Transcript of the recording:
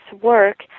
work